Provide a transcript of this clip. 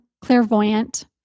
clairvoyant